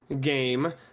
game